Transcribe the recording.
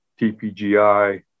TPGI